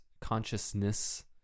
consciousness